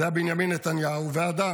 זה היה בנימין נתניהו, ועדה